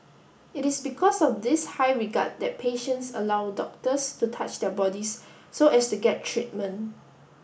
it is because of this high regard that patients allow doctors to touch their bodies so as to get treatment